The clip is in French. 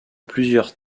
plusieurs